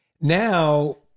now